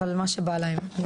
אבל מה שבא להם.